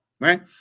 Right